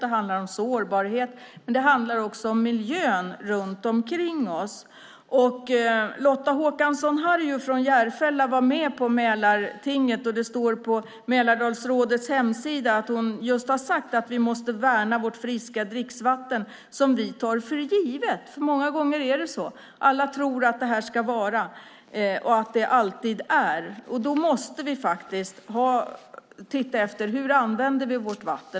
Det handlar om sårbarhet. Men det handlar också om miljön runt omkring oss. Lotta Håkansson Harju från Järfälla var med på Mälartinget, och det står på Mälardalsrådets hemsida att hon just har sagt att vi måste värna vårt friska dricksvatten som vi tar för givet. Många gånger är det så. Alla tror att det här ska vara och att det alltid är. Då måste vi faktiskt titta efter hur vi använder vårt vatten.